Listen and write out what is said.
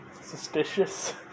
suspicious